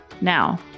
Now